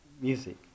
music